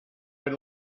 been